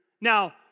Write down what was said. Now